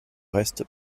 reste